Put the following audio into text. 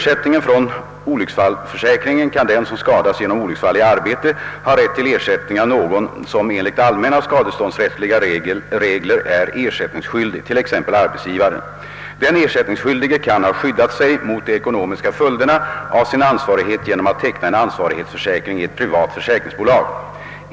säkringen kan den som skadats genom olycksfall i arbete ha rätt till ersättning av någon som enligt allmänna skadeståndsrättsliga regler är ersättningsskyldig, t.ex. arbetsgivaren. Den ersättningsskyldige kan ha skyddat sig mot de ekonomiska följderna av sin ansvarighet genom att teckna en ansvarighetsförsäkring i ett privat försäkringsbolag.